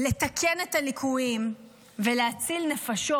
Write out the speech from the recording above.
לתקן את הליקויים ולהציל נפשות.